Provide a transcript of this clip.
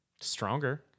Stronger